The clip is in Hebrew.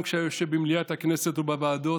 גם כשהיה יושב במליאת הכנסת ובוועדות,